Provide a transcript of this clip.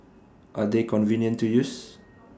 are they convenient to use